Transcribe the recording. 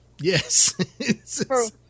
Yes